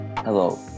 Hello